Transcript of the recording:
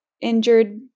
injured